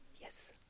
yes